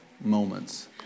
Moments